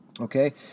Okay